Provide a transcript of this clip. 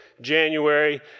January